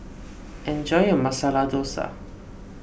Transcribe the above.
enjoy your Masala Dosa